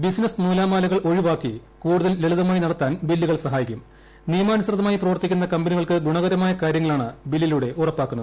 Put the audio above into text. business നൂലാമാല്കുൾ ് ഒഴിവാക്കി കൂടുതൽ ലളിതമായി നടത്താൻ നിയമാനുസൃതമായി പ്രവീർത്തിക്കുന്ന കമ്പനികൾക്ക് ഗുണകരമായ കാര്യങ്ങളാണ് പ്രില്ലിലൂടെ ഉറപ്പാക്കുന്നത്